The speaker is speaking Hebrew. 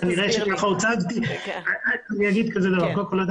קודם כל,